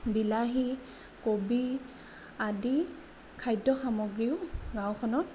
বিলাহী কবি আদি খাদ্য সামগ্ৰীও গাঁওখনত